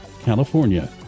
California